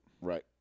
right